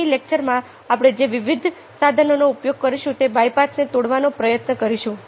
આગામી લેક્ચરમાં આપણે જે વિવિધ સાધનોનો ઉપયોગ કરીશું તે આ બાયપાથને તોડવાનો પ્રયત્ન કરીશું